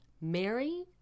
Mary